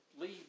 leave